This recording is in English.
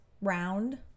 round